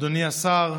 אדוני השר,